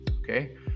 okay